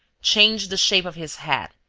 changed the shape of his hat,